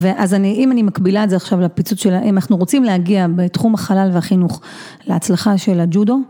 ואז אני, אם אני מקבילה את זה עכשיו לפיצוץ שלה, אם אנחנו רוצים להגיע בתחום החלל והחינוך להצלחה של הג'ודו.